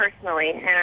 personally